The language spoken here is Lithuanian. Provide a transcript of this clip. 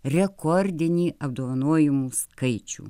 rekordinį apdovanojimų skaičių